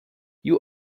you